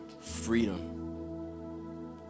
freedom